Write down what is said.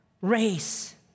race